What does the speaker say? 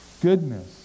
goodness